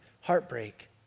heartbreak